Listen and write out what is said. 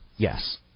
Yes